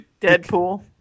Deadpool